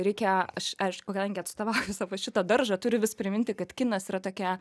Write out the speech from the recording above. reikia aš aišku kadangi atstovauju savo šitą daržą turiu vis priminti kad kinas yra tokia